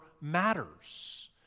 matters